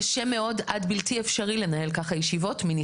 מניסיון קשה מאוד עד בלתי אפשרי לנהל כך ישיבות.